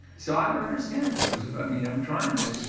so i don't understand, joseph. i mean, i'm trying to,